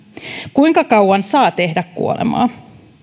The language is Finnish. kuinka kauan saa tehdä kuolemaa